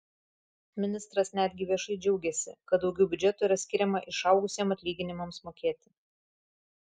ministras netgi viešai džiaugėsi kad daugiau biudžeto yra skiriama išaugusiems atlyginimams mokėti